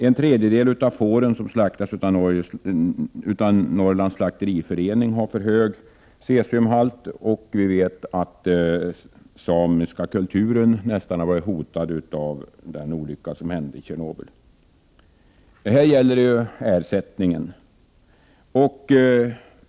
En tredjedel av de får som slaktas av Norrlands slakteriförening har för höga cesiumhalter, och vi vet att den samiska kulturen nästan har varit hotad av olyckan i Tjernobyl. I dag gäller diskussionen ersättningen.